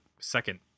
second